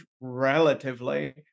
relatively